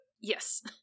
Yes